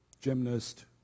gymnast